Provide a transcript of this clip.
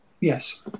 Yes